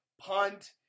punt